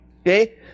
Okay